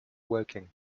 woking